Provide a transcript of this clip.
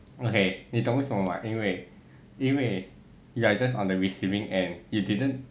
okay 你懂为什么吗因为因为 you are just on the receiving end you didn't